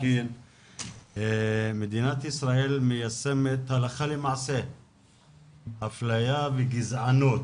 מדינת ישראל מיישמת הלכה למעשה אפליה וגזענות